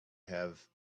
have